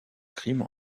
crime